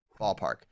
Ballpark